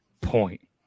point